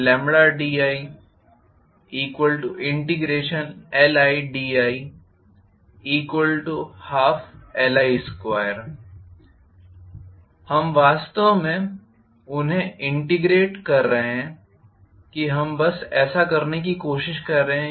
WfidLd22L12L2i2L12Li2 WfdiLidi12Li2 हम वास्तव में उन्हें इंटेग्रेट कर रहे हैं हम बस ऐसा करने की कोशिश कर रहे हैं